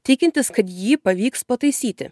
tikintis kad jį pavyks pataisyti